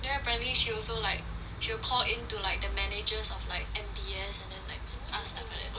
then apparently she also like she will call in to like the managers of like M_B_S and then like ask them like